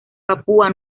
papúa